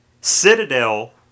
Citadel